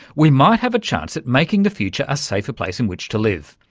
we might have a chance at making the future a safer place in which to live.